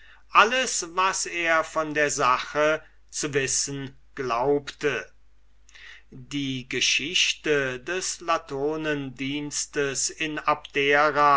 alles was er von der sache zu wissen glaubte die geschichte des latonendiensts in abdera